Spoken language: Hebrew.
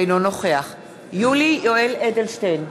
אינו נוכח יולי יואל אדלשטיין,